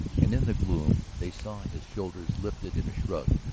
and in the gloom they saw his shoulders lifted in a shrug,